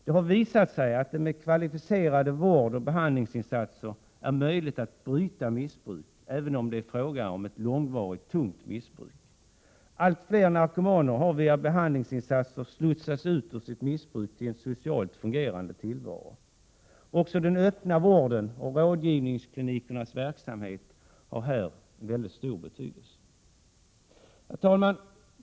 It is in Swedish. Det har visat sig att det med kvalificerade vårdoch behandlingsinsatser är möjligt att bryta missbruk, även om det är fråga om ett långvarigt och tungt missbruk. Allt fler narkomaner har via behandlingsinsatser slussats ut från sitt missbruk till en socialt fungerande tillvaro. Också den öppna vården och rådgivningsklinikernas verksamhet har haft mycket stor betydelse. Herr talman!